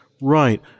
right